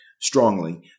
strongly